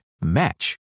match